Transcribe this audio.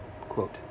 Quote